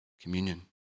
communion